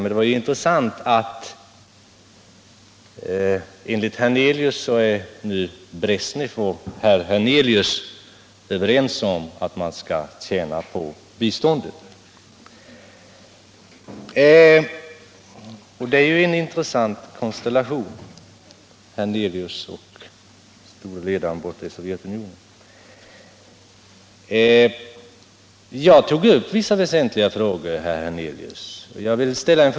Men det var intressant att notera att enligt herr Hernelius är nu herr Brezjnev och herr Hernelius överens om att man skall tjäna på biståndet. Det är ju en intressant konstellation: herr Hernelius och Sovjetunionens ledare. Jag tog upp vissa väsentliga frågor, herr Hernelius.